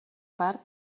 part